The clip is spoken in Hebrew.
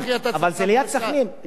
אבל זה ליד סח'נין.